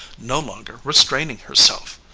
no longer restraining herself.